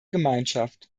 gemeinschaft